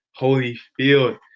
Holyfield